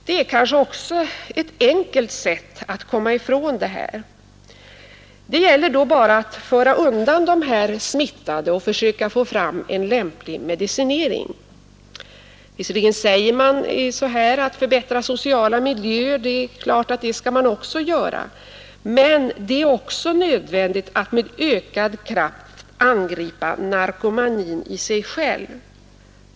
Det är kanske ett något enkelt sätt att komma ifrån problemet. Det gäller då bara att föra undan de ”smittade” och försöka få fram en lämplig medicinering. Visserligen säger reservanterna att det är klart att man skall förbättra sociala miljöer men ”det är också nödvändigt att med ökad kraft angripa narkomanin i sig själv”.